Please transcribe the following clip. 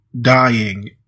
dying